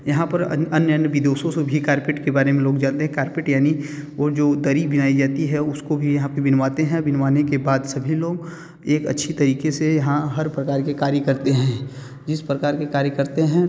यहाँ पर अन्य अन्य अन्य विदोशों से भी कार्पेट के बारे में लोग जानते हैं कार्पेट यानी वो जो दरी बनाई जाती है उसको भी यहाँ पर बुनवाते हैं बुनवाने के बाद सभी लोग एक अच्छे तरीक़े से यहाँ हर प्रकार के कार्य करते हैं जिस प्रकार के कार्य करते हैं